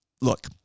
Look